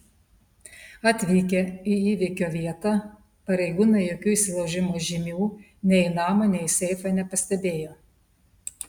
atvykę į įvykio vietą pareigūnai jokių įsilaužimo žymių nei į namą nei į seifą nepastebėjo